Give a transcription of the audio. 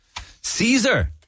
Caesar